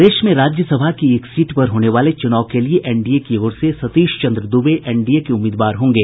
प्रदेश में राज्यसभा की एक सीट पर होने वाले चूनाव के लिये एनडीए की ओर से सतीश चंद्र दूबे एनडीए के उम्मीदवार होंगे